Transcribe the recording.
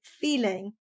feeling